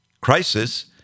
Crisis